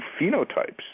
phenotypes